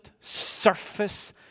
surface